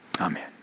Amen